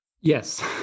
Yes